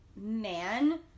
man